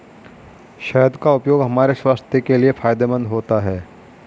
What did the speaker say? शहद का उपयोग हमारे स्वास्थ्य के लिए फायदेमंद होता है